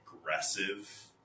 aggressive